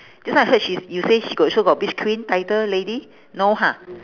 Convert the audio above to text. just now I heard she's you say she got show got beach queen title lady no ha